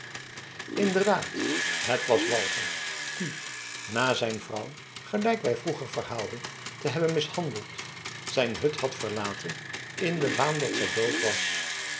inderdaad het was walger die na zijn vrouw gelijk wij vroeger verhaalden te hebben mishandeld zijn hut had verlaten in den waan dat zij dood was